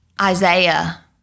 Isaiah